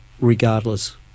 regardless